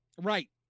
Right